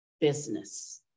business